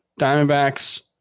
Diamondbacks